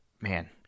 man